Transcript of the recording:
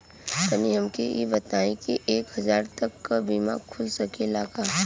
तनि हमके इ बताईं की एक हजार तक क बीमा खुल सकेला का?